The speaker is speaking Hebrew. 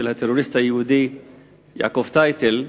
של הטרוריסט היהודי יעקב טייטל.